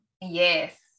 yes